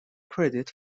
credit